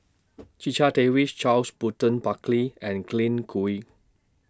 Checha Davies Charles Burton Buckley and Glen Goei